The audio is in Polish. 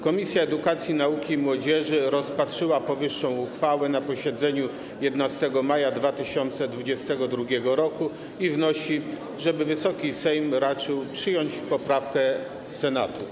Komisja Edukacji, Nauki i Młodzieży rozpatrzyła powyższą uchwałę na posiedzeniu 11 maja 2022 r. i wnosi, żeby Wysoki Sejm raczył przyjąć poprawkę Senatu.